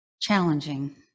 challenging